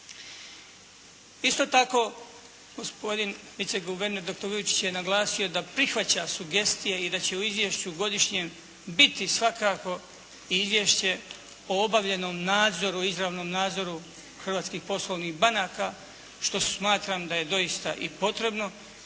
Isto tako gospodin vice guverner, dr. Vujčić je naglasio da prihvaća sugestije i da će u Izvješću godišnjem biti svakako i Izvješće o obavljenom nadzoru, izravnom nadzoru hrvatskih poslovnih banaka što smatram da je doista i potrebno.